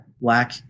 black